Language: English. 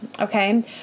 okay